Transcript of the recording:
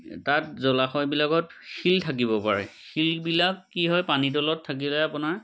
তাত জলাশয়বিলাকত শিল থাকিব পাৰে শিলবিলাক কি হয় পানী তলত থাকিলে আপোনাৰ